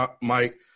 Mike